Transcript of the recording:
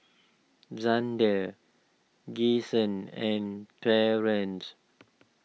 Zander Kyson and Torrance